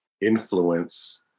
influence